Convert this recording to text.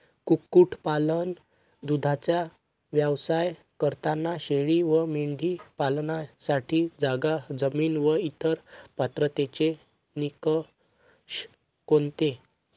कुक्कुटपालन, दूधाचा व्यवसाय करताना शेळी व मेंढी पालनासाठी जागा, जमीन व इतर पात्रतेचे निकष कोणते?